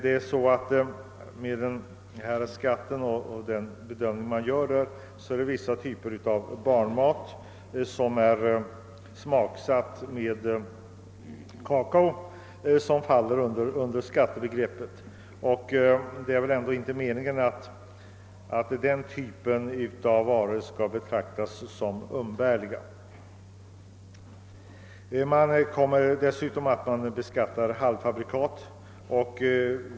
Enligt den bedömning av skattens omfattning som har gjorts faller vissa typer av barnmat som smaksatts med kakao inom området för beskattningen, och det är väl inte meningen att varor av den typen skall betraktas som umbärliga. Dessutom beskattas halvfabrikat.